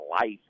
life